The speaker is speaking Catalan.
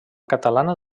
catalana